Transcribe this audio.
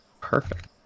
Perfect